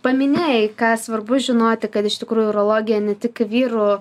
paminėjai ką svarbu žinoti kad iš tikrųjų urologija ne tik vyrų